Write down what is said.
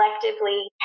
collectively